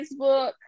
Facebook